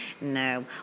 No